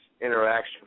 interaction